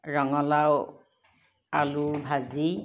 ৰঙালাও আলু ভাজি